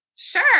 sure